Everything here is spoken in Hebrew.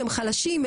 הם חלשים,